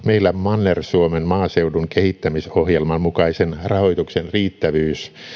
meillä manner suomen maaseudun kehittämisohjelman mukaisen rahoituksen riittävyys